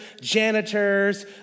janitors